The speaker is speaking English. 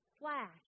flash